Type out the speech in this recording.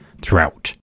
throughout